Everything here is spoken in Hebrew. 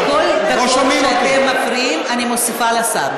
את כל הדקות שאתם מפריעים אני מוסיפה לשר.